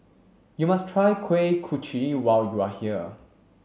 you must try kuih kochi when you are here